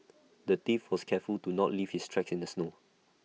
the thief was careful to not leave his tracks in the snow